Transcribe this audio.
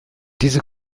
diese